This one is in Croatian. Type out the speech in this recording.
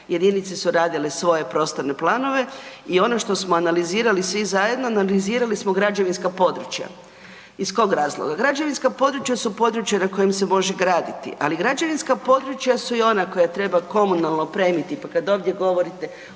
Jedinice su radile svoje prostorne planove i ono što smo analizirali svi zajedno, analizirali smo građevinska područja. Iz kog razloga? Građevinska područja su područja na kojim se može graditi, ali građevinska područja su i ona koja treba komunalno opremiti, pa kad ovdje govorite